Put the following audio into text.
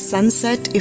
Sunset